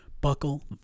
Buckle